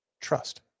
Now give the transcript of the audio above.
trust